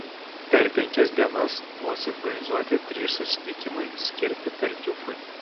per penkias dienas buvo suorganizuoti trys susitikimai skirti tartiufui